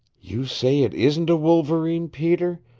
you say it isn't a wolverine, peter?